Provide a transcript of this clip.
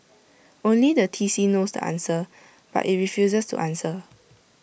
only the T C knows the answer but IT refuses to answer